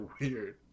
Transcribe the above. weird